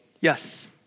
Yes